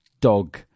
dog